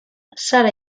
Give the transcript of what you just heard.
sara